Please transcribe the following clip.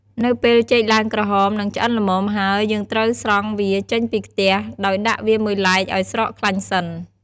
នៅពេលចេកឡើងក្រហម និងឆ្អិនល្មមហើយ យើងត្រូវស្រង់វាចេញពីខ្ទះ ដោយដាក់វាមួយឡែកឲ្យស្រក់ខ្លាញ់សិន។